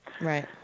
Right